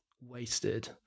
wasted